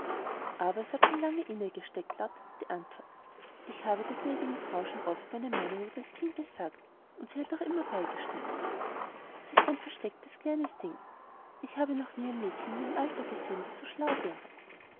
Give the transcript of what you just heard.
aber es hat schon lange in ihr gesteckt lautete die antwort ich habe der gnädigen frau schon oft meine meinung über das kind gesagt und sie hat mir auch beigestimmt sie ist ein verstecktes kleines ding ich habe noch nie ein mädchen in ihrem alter gesehen das so schlau wäre